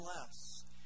less